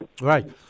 Right